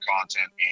content